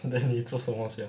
then 你做什么 sia